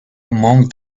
among